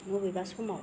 मबेबा समाव